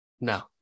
No